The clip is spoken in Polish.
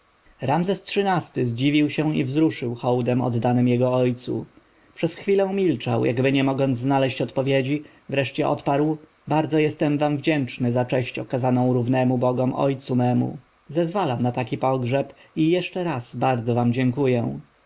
świątyń ramzes xiii-ty zdziwił się i wzruszył hołdem oddanym jego ojcu przez chwilę milczał jakby nie mogąc znaleźć odpowiedzi wreszcie odparł bardzo jestem wam wdzięczny za cześć okazaną równemu bogom ojcu memu zezwalam na taki pogrzeb i jeszcze raz bardzo wam dziękuję